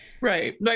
right